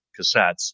cassettes